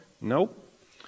Nope